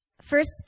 First